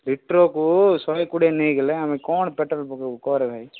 ଲିଟରକୁ ଶହେ କୋଡ଼ିଏ ନେଇଗଲେ ଆମେ କ'ଣ ପେଟ୍ରୋଲ୍ ପକେଇବୁ କହରେ ଭାଇ